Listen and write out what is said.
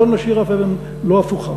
לא נשאיר אף אבן לא הפוכה.